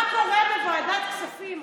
מה קורה בוועדת כספים,